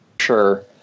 sure